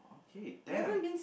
hey damn